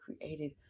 created